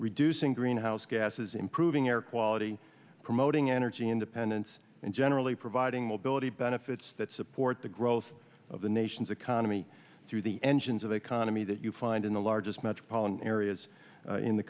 reducing greenhouse gases improving air quality promoting energy independence and generally providing mobility benefits that support the growth of the nation's economy through the engines of economy that you find in the largest metropolitan areas in the